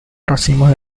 racimos